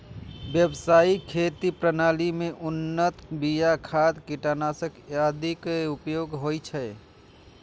व्यावसायिक खेती प्रणाली मे उन्नत बिया, खाद, कीटनाशक आदिक उपयोग होइ छै